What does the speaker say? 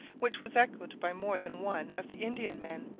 which was echoed by more than one of the indian men,